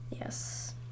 Yes